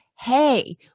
hey